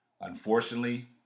Unfortunately